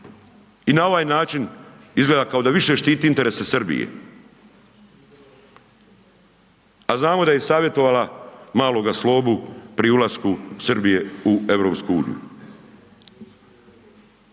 i na ovaj način izgleda kao da više štiti interese Srbije, a znamo da je savjetovala maloga slogu pri ulasku Srbije u EU.